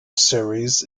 series